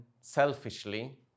selfishly